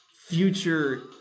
future